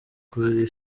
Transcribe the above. kuri